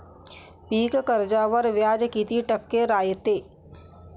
पीक कर्जावर व्याज किती टक्के रायते?